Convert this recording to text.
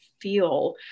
feel